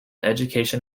education